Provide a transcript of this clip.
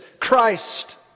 Christ